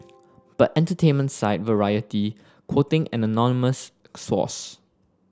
but entertainment site Variety quoting an anonymous source